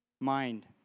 mind